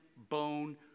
bone